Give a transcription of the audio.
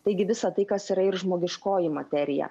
taigi visa tai kas yra ir žmogiškoji materija